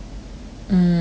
mm